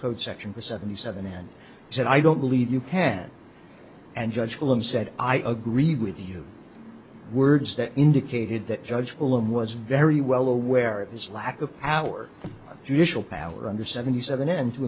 code section the seventy seven and said i don't believe you can and judge will and said i agree with you words that indicated that judge alone was very well aware of his lack of our judicial power under seventy seven and to